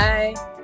Bye